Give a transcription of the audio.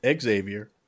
xavier